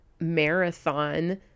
marathon